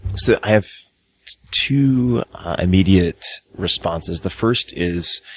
so i have two immediate responses. the first is,